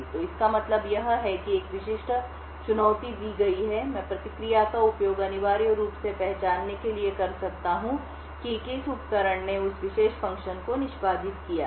तो इसका मतलब यह है कि एक विशेष चुनौती दी गई है मैं प्रतिक्रिया का उपयोग अनिवार्य रूप से पहचानने के लिए कर सकता हूं कि किस उपकरण ने उस विशेष फ़ंक्शन को निष्पादित किया है